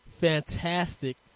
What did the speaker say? fantastic